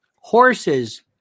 Horses